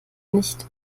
nicht